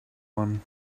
one